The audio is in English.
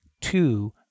two